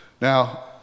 Now